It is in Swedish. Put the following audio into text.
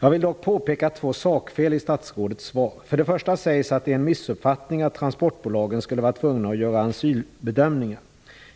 Jag vill dock påpeka två sakfel i statsrådets svar. Det första är att det sägs att det är en missuppfattning att transportbolagen skulle vara tvungna att göra asylbedömningar.